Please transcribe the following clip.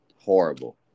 Horrible